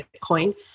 Bitcoin